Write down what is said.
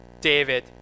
David